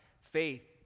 faith